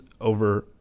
over